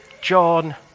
John